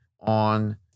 on